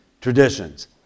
traditions